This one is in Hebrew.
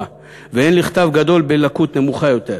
והן לכתב גדול לתלמידים עם לקות נמוכה יותר,